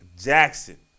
Jackson